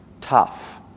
tough